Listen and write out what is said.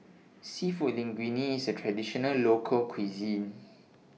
Seafood Linguine IS A Traditional Local Cuisine